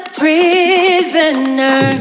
prisoner